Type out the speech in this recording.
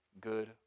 good